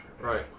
Right